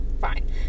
fine